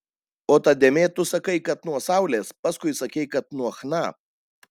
o ta dėmė tu sakai kad nuo saulės paskui sakei kad nuo chna